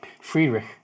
Friedrich